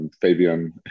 Fabian